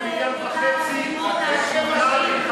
ב-1.5 מיליארד,